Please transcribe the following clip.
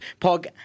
Pog